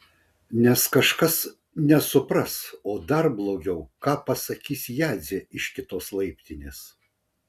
nes kažkas nesupras o dar blogiau ką pasakys jadzė iš kitos laiptinės